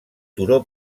turó